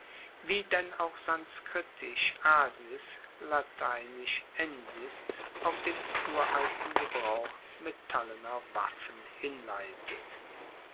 wie denn auch sanskritisch asis lateinisch ensis auf den uralten gebrauch metallener waffen hinleitet